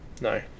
no